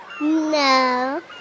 No